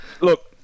look